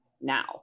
now